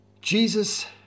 Jesus